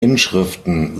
inschriften